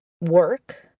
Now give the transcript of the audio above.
work